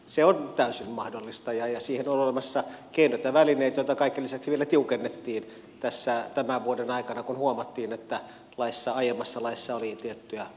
se on täysin mahdollista ja siihen on olemassa keinot ja välineet joita kaiken lisäksi vielä tiukennettiin tässä tämän vuoden aikana kun huomattiin että aiemmassa laissa oli tiettyjä porsaanreikiä